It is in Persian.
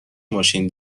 ماشین